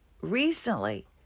recently